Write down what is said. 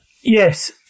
Yes